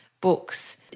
books